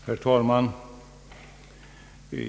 Herr talman!